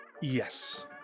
Yes